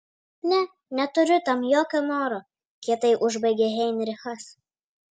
ne neturiu tam jokio noro kietai užbaigė heinrichas